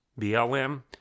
BLM